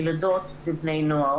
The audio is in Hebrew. ילדות ובני נוער.